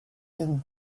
and